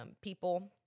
people